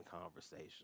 conversation